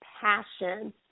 passion